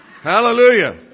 Hallelujah